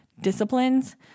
disciplines